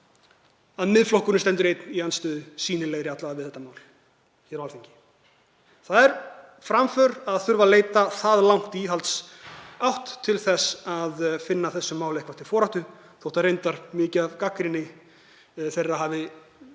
Það er framför að þurfa að leita það langt í íhaldsátt til þess að finna þessu máli eitthvað til foráttu, þótt reyndar hafi mikið af gagnrýni flokksins